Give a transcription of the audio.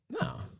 No